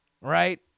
Right